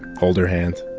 hold her hand.